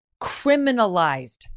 criminalized